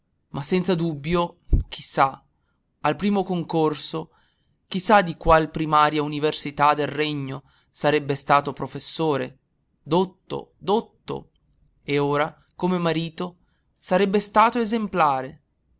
ma senza dubbio chi sa al primo concorso chi sa di qual primaria università del regno sarebbe stato professore dotto dotto e ora come marito sarebbe stato esemplare